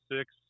six